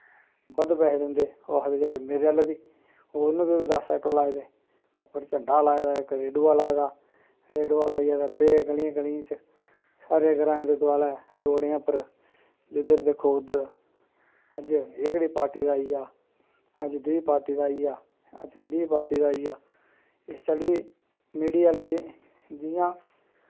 बद्ध पैहे दिंदे ओह् आखदे मेरे आह्ले बी होर न दस ऐटो लाए दे उप्पर झंडा लाए दा इक रेडूआ लाए दा रेडुआ लाइयै ते पे गली गलियें च सारें ग्राएं दे दोआलै रोड़ें दे उप्पर जिद्धर दिक्खो उद्धर अज्ज एह्कड़ी पार्टी दा आई गेआ अज्ज दूई पार्टी दा आई गेआ अज्ज त्री पार्टी गेआ इस चाल्ली मीडिया आह्ले जियां